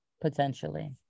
potentially